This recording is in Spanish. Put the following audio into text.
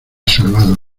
salvado